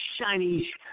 shiny